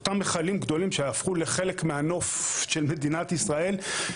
אותם מכלים גדולים שהפכו לחלק מהנוף של מדינת ישראל,